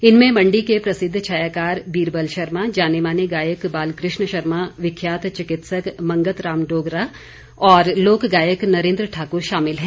इनमें मंडी के प्रसिद्ध छायाकार वीरबल शर्मा जाने माने गायक बालकृष्ण शर्मा विख्यात चिकित्सक मंगत राम डोगरा और लोक गायक नरेंद्र ठाकुर शामिल हैं